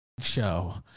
show